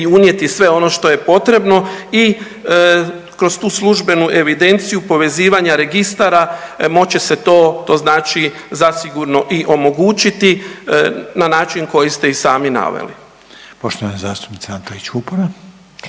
i unijeti sve ono što je potrebno i kroz tu službenu evidenciju povezivanja registara moći će se to, to znači zasigurno i omogućiti na način koji ste i sami naveli. **Reiner, Željko